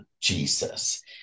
Jesus